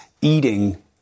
eating